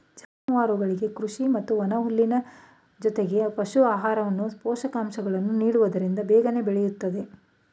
ಜಾನುವಾರುಗಳಿಗೆ ಕೃಷಿ ಮತ್ತು ಒಣಹುಲ್ಲಿನ ಜೊತೆಗೆ ಪಶು ಆಹಾರ, ಪೋಷಕಾಂಶಗಳನ್ನು ನೀಡುವುದರಿಂದ ಬೇಗನೆ ಬೆಳೆಯುತ್ತದೆ